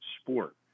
sport